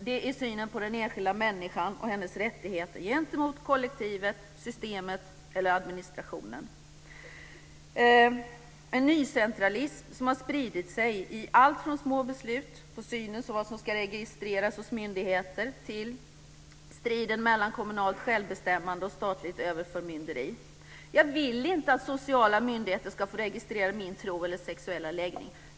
Det gäller synen på den enskilda människan och hennes rättigheter gentemot kollektivet, systemet eller administrationen. En nycentralism har spridit sig i allt från små beslut som vad som ska registreras hos myndigheter till striden mellan kommunalt självbestämmande och statligt överförmynderi. Jag vill inte att sociala myndigheter ska få registrera min tro eller sexuella läggning.